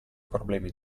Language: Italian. problemi